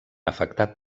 afectat